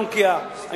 לא נקייה.